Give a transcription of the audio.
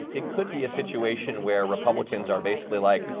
it could be a situation where republicans are basically like,